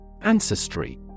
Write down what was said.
Ancestry